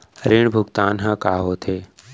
ऋण भुगतान ह का होथे?